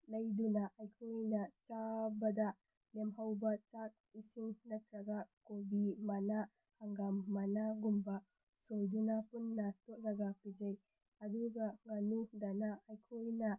ꯂꯩꯗꯨꯅ ꯑꯩꯈꯣꯏꯅ ꯆꯥꯕꯗ ꯂꯦꯝꯍꯧꯕ ꯆꯥꯛ ꯏꯁꯤꯡ ꯅꯠꯇ꯭ꯔꯒ ꯀꯣꯕꯤ ꯃꯅꯥ ꯍꯪꯒꯥꯝ ꯃꯅꯥꯒꯨꯝꯕ ꯁꯣꯏꯗꯨꯅ ꯄꯨꯟꯅ ꯇꯣꯠꯂꯒ ꯄꯤꯖꯩ ꯑꯗꯨꯒ ꯉꯥꯅꯨꯗꯅ ꯑꯩꯈꯣꯏꯅ